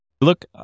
Look